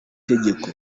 tegeko